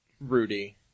Rudy